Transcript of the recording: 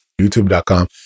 YouTube.com